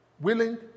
willing